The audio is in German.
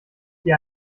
dir